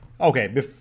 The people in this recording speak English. Okay